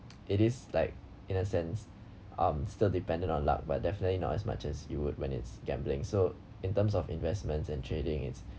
it is like in a sense um still dependent on luck but definitely not as much as you would when its gambling so in terms of investments and trading its